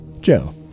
Joe